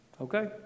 Okay